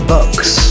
Bucks